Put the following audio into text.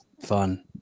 Fun